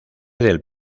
del